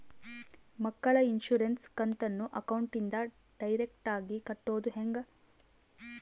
ಮಕ್ಕಳ ಇನ್ಸುರೆನ್ಸ್ ಕಂತನ್ನ ಅಕೌಂಟಿಂದ ಡೈರೆಕ್ಟಾಗಿ ಕಟ್ಟೋದು ಹೆಂಗ?